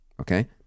okay